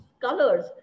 colors